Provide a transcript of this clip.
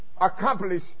accomplish